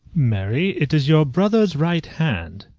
marry, it is your brother's right hand.